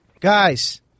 Guys